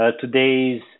today's